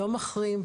לא מחרים,